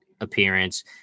appearance